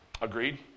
Agreed